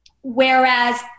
whereas